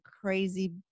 crazy